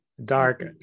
dark